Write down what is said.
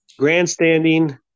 grandstanding